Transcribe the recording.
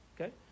Okay